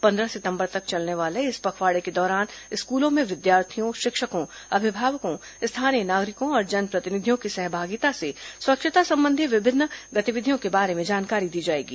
पंद्रह सितंबर तक चलने वाले इस पखवाड़े के दौरान स्कूलों में विद्यार्थियों शिक्षकों अभिभावकों स्थानीय नागरिकों और जनप्रतिनिधियों की सहभागिता से स्वच्छता संबंधी विभिन्न गतिविधियों के बारे में जानकारी दी जाएगी